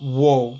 !whoa!